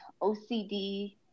OCD